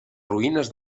ruïnes